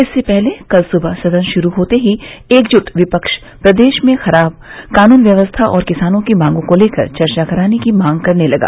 इससे पहले कल सुबह सदन शुरू होते ही एकजुट विपक्ष प्रदेश में खराब कानून व्यवस्था और किसानों की मांगों को लेकर चर्चा कराने की मांग करने लगा